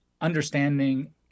understanding